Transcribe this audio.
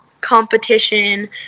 competition